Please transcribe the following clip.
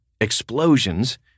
explosions